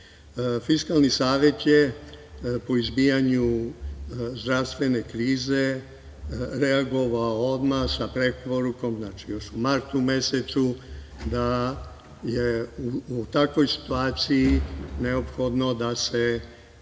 iznesem. Fiskalni savet je, po izbijanju zdravstvene krize, reagovao odmah sa preporukom, još u martu mesecu, da je u takvoj situaciji neophodno da se